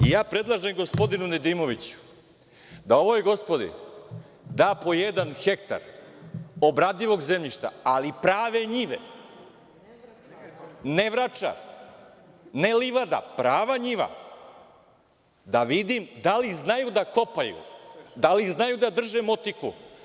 Predlažem gospodinu Nedimoviću da ovoj gospodi da po jedan hektar obradivog zemljišta, ali prave njive, ne livada, nego prava njiva, da vidim da li znaju da kopaju, da li znaju da drže motiku.